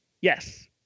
Yes